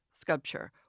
sculpture